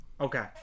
Okay